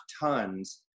tons